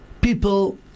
people